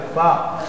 להקפאה,